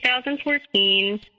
2014